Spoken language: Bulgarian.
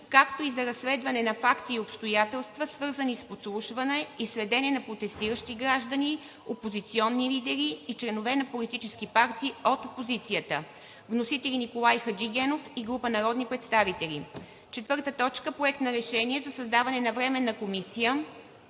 както и за разследване на факти и обстоятелства, свързани с подслушване и следене на протестиращи граждани, опозиционни лидери и членове на политически партии от опозицията. Вносители – Николай Хаджигенов и група народни представители. 4. Проект на решение за създаване на Временна комисия